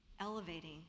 elevating